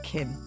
Kim